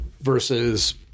versus